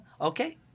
Okay